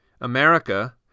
America